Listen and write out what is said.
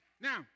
Now